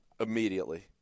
Immediately